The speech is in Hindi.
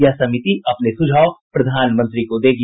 यह समिति अपने सुझाव प्रधानमंत्री को देगी